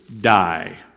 die